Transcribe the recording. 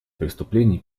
преступлений